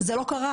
זה לא קרה.